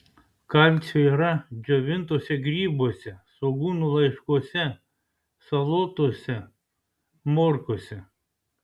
kalcio yra džiovintuose grybuose svogūnų laiškuose salotose morkose